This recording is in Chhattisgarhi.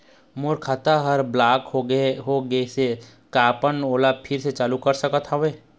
मोर खाता हर ब्लॉक होथे गिस हे, का आप हमन ओला फिर से चालू कर सकत हावे?